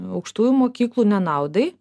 aukštųjų mokyklų nenaudai